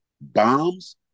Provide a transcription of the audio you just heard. bombs